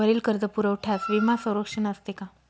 वरील कर्जपुरवठ्यास विमा संरक्षण असते का?